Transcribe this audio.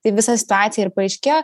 tai visa situacija ir paaiškėjo